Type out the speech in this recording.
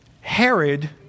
Herod